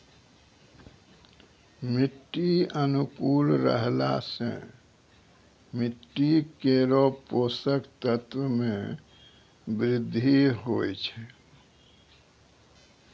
मिट्टी अनुकूल रहला सँ मिट्टी केरो पोसक तत्व म वृद्धि होय छै